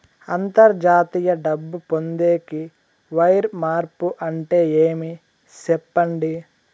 అంతర్జాతీయ డబ్బు పొందేకి, వైర్ మార్పు అంటే ఏమి? సెప్పండి?